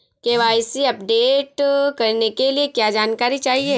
KYC update करने के लिए क्या जानकारी चाहिए?